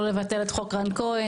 לא לבטל את חוק רן כהן.